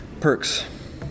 perks